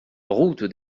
route